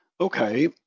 Okay